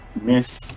Miss